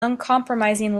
uncompromising